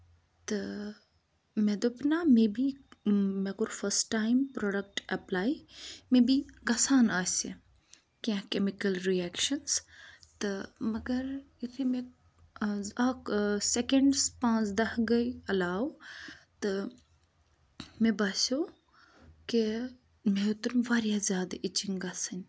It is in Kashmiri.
تہٕ مےٚ دوٚپ نہ مے بی مےٚ کوٚر فٔسٹ ٹایم پرٛوڈَکٹ اٮ۪پلاے مے بی گَژھان آسہِ کیٚنٛہہ کیٚمِکَل رِیَکشَنٕز تہٕ مگر یُتھُے مےٚ اَکھ سٮ۪کَنٛڈٕس پانٛژھ دَہ گٔے علاوٕ تہٕ مےٚ باسیٚو کہِ مےٚ ہوٚتَن واریاہ زیادٕ اِچِنٛگ گژھٕنۍ